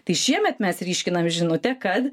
tai šiemet mes ryškinam žinutę kad